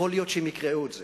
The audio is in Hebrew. יכול להיות שהם יקראו את זה.